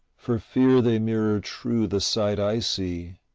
for fear they mirror true the sight i see,